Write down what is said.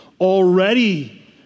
Already